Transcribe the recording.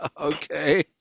okay